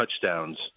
touchdowns